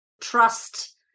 trust